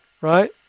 Right